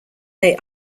they